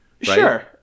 Sure